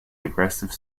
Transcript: aggressive